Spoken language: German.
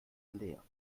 leer